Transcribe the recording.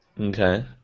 Okay